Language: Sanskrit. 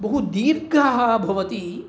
बहु दीर्घः भवति